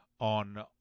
On